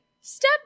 step